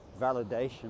validation